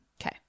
Okay